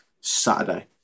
Saturday